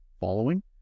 following